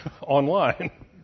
online